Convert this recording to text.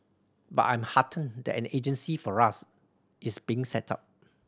but I'm heartened that an agency for us is being set up